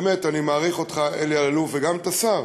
באמת, אני מעריך אותך, אלי אלאלוף, וגם את השר,